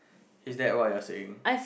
is that what you are saying